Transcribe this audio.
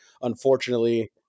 Unfortunately